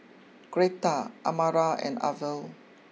Gretta Amara and Arvel